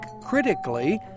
critically